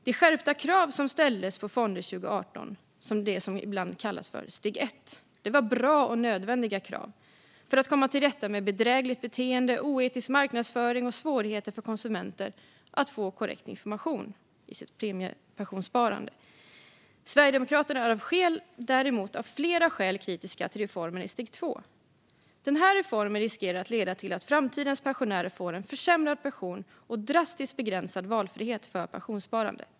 De skärpta krav som ställdes på fonder 2018 i det som ibland kallas steg ett var bra och nödvändiga krav för att komma till rätta med bedrägligt beteende, oetisk marknadsföring och svårigheter för konsumenter att få korrekt information i sitt premiepensionssparande. Sverigedemokraterna är däremot av flera skäl kritiska till reformen i steg två. Den här reformen riskerar att leda till att framtidens pensionärer får en försämrad pension och drastiskt begränsad valfrihet för pensionssparande.